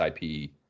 IP